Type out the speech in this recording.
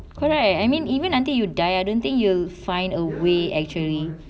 correct I mean even until you die I don't think you'll find a way actually